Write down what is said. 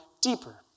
deeper